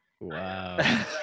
Wow